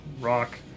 rock